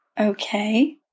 Okay